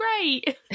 great